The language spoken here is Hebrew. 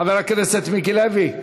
חבר הכנסת מיקי לוי,